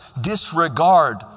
disregard